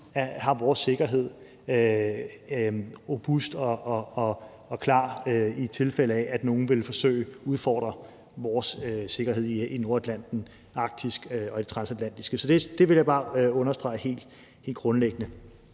har vores sikkerhed robust og klar, i tilfælde af at nogen ville forsøge at udfordre vores sikkerhed i Nordatlanten, i det arktiske og transatlantiske. Så det vil jeg bare understrege helt grundlæggende.